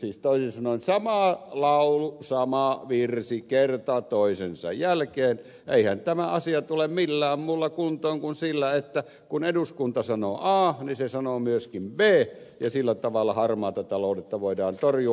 siis toisin sanoen sama laulu sama virsi kerta toisensa jälkeen eihän tämä asia tule millään muulla kuntoon kuin sillä että kun eduskunta sanoo a niin se sanoo myöskin b ja sillä tavalla harmaata taloutta voidaan torjua